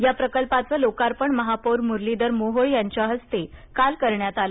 या प्रकल्पाचे लोकार्पण महापौर मुरलीधर मोहोळ यांच्या हस्ते काल करण्यात आलं